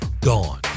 gone